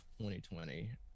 2020